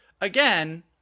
again